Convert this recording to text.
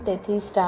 તેથી સ્ટાર